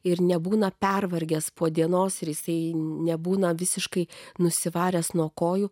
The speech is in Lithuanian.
ir nebūna pervargęs po dienos jisai nebūna visiškai nusivaręs nuo kojų